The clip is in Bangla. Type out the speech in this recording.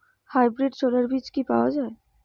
হাইব্রিড ছোলার বীজ কি পাওয়া য়ায়?